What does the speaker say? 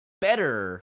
better